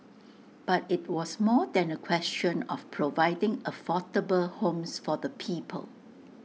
but IT was more than A question of providing affordable homes for the people